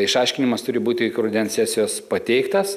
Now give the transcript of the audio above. išaiškinimas turi būti iki rudens sesijos pateiktas